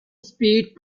speed